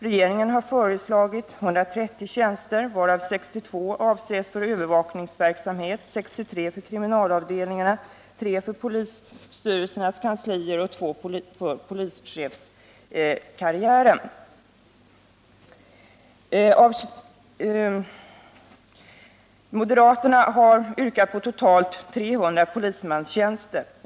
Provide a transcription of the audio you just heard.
Regeringen har föreslagit 130 tjänster, varav 62 avses för övervakningsverksamhet, 63 för kriminalavdelningarna, 3 för polisstyrelsernas kanslier och 2 för polischefskarriären. Moderaterna har yrkat på totalt 300 polismanstjänster.